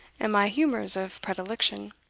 and my humours of predilection.